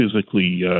physically